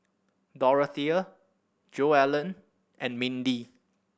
Dorothea Joellen and Mindi